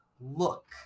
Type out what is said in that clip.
look